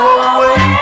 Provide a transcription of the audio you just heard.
away